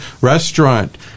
restaurant